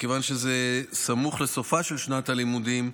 מכיוון שזה סמוך לסופה של שנת הלימודים,